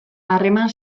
harreman